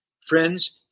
Friends